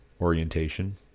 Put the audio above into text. orientation